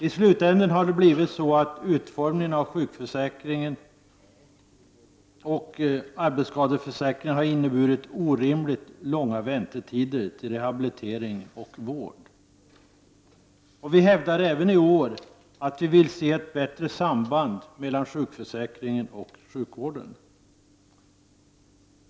I slutändan har det blivit så att utformningen av sjukförsäkringen och arbetsskadeförsäkringen har inneburit orimligt långa väntetider för rehabilitering och vård. Vi framhåller även i år att vi vill ha ett bättre samband mellan sjukförsäkringen och sjukvården.